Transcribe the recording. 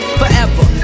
forever